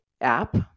app